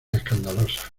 escandalosas